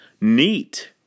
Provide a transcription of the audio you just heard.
Neat